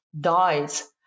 dies